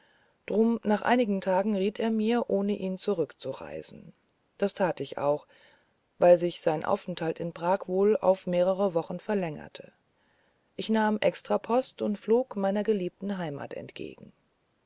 drum nach einigen tagen riet er mir ohne ihn zurück zu reisen das tat ich denn auch weil sich sein aufenthalt in prag wohl auf mehrere wochen verlängerte ich nahm extrapost und flog meiner geliebten heimat entgegen